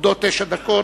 עומדות תשע דקות.